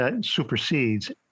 supersedes